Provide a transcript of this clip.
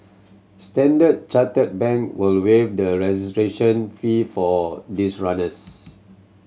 Standard Chartered Bank will waive the registration fee for these runners